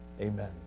Amen